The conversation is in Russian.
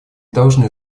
должны